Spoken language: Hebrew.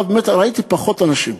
באמת ראיתי פחות אנשים.